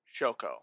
Shoko